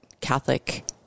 Catholic